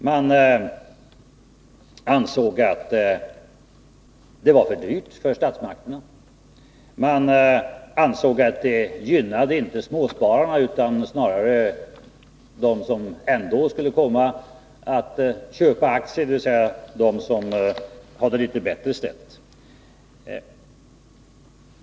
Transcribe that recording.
Man ansåg att det var för dyrt för statsmakterna, man ansåg att det inte gynnade småspararna, utan snarare dem som ändå skulle komma att köpa aktier, dvs. dem som har det litet bättre ställt.